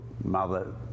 mother